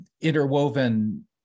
interwoven